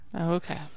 Okay